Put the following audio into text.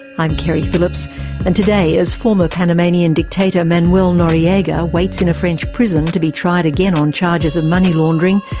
i'm keri phillips and today, as former panamanian dictator manuel noriega waits in a french prison to be tried again on charges of money laundering,